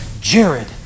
Jared